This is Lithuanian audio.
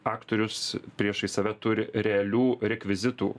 aktorius priešais save turi realių rekvizitų